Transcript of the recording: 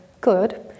good